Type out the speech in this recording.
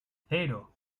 cero